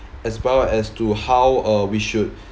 as well as to how uh we should